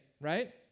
right